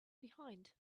behind